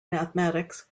mathematics